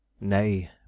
Nay